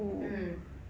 mm